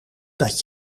dat